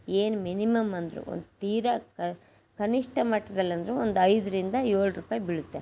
ಏನು ಮಿನಿಮಮ್ ಅಂದ್ರೂ ಒಂದು ತೀರಾ ಕನಿಷ್ಠ ಮಟ್ಟದಲ್ಲಂದ್ರೂ ಒಂದು ಐದರಿಂದ ಏಳು ರೂಪಾಯಿ ಬೀಳುತ್ತೆ